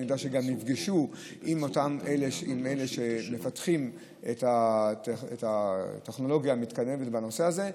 אני יודע שהם גם נפגשו עם אלה שמפתחים את הטכנולוגיה המתקדמת בנושא הזה.